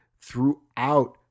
throughout